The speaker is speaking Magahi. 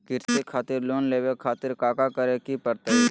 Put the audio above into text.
कृषि खातिर लोन लेवे खातिर काका करे की परतई?